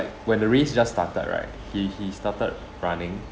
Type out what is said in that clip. when the race just started right he he started running